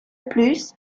plus